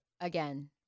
again